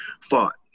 fought